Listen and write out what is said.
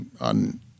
on